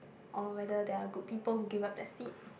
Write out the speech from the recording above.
or whether they are good people who give up their seats